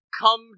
come